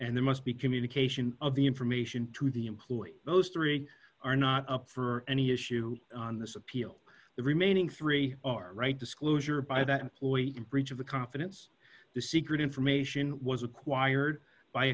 and there must be communication of the information to the employee those three are not up for any issue on this appeal the remaining three are right disclosure by that employee breach of the confidence the secret information was acquired by